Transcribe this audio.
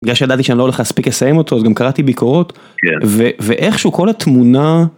בגלל שידעתי שאני לא הולך להספיק לסיים אותו אז גם קראתי ביקורות, כן, ואיכשהו כל התמונה.